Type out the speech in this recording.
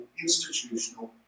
institutional